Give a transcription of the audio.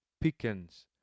Pickens